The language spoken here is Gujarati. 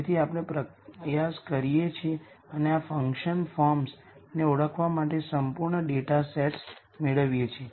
તેથી આપણે પ્રયાસ કરીએ છીએ અને આ ફંક્શન ફોર્મ્સ ને ઓળખવા માટે સંપૂર્ણ ડેટાસેટ્સ મેળવીએ છીએ